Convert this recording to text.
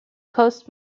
coast